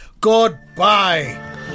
Goodbye